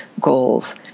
goals